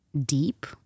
deep